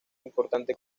importante